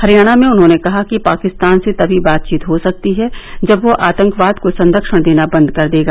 हरियाणा में उन्होंने कहा कि पाकिस्तान से तभी बातचीत हो सकती है जब वो आतंकवाद को संरक्षण देना बंद कर देगा